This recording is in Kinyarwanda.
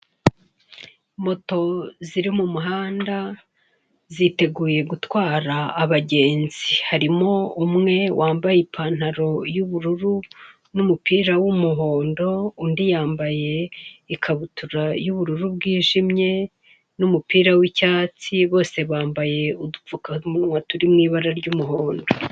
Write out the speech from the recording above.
Moto ziri mu muhanda ziteguye gutwara abagenzi harimo umwe wambaye ipantaro y'ubururu n'umupira w'umuhondo, undi yambaye ikabutura y'ubururu bwijimye n'umpira w'icyatsi, bose bambaye udupfukamunwa turi mu ibara ry'umuhondo.